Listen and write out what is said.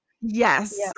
Yes